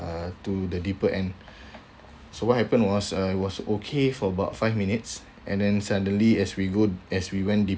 uh to the deeper end so what happened was uh was okay for about five minutes and then suddenly as we go go as we went